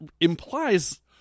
implies